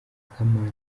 kamana